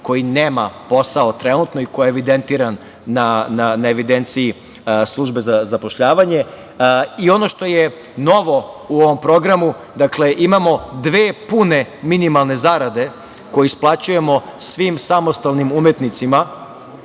koji nema posao trenutno i ko je evidentiran na evidenciji Službe za zapošljavanje i ono što je novo u ovom programu. Imamo dve pune minimalne zarade koje isplaćujemo svim samostalnim umetnicima. Dakle,